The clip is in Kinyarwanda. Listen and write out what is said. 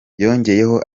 yongeyeho